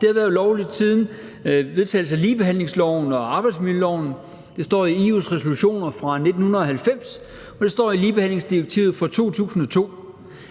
Det har været ulovligt siden vedtagelsen af ligebehandlingsloven og arbejdsmiljøloven. Det står i EU's resolution fra 1990, og det står i ligebehandlingsdirektivet fra 2002.